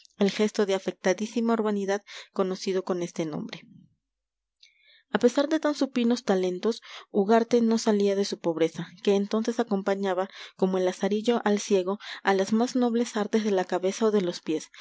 el gesto de afectadísima urbanidad conocido con este nombre a pesar de tan supinos talentos ugarte no salía de su pobreza que entonces acompañaba como el lazarillo al ciego a las más nobles artes de la cabeza o de los pies